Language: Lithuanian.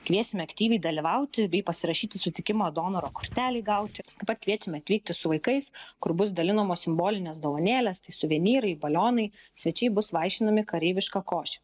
kviesime aktyviai dalyvauti bei pasirašyti sutikimą donoro kortelei gauti taip pat kviečiame atvykti su vaikais kur bus dalinamos simbolinės dovanėlės tai suvenyrai balionai svečiai bus vaišinami kareiviška koše